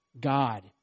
God